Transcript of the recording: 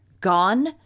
gone